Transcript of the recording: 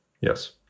Yes